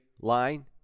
line